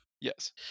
Yes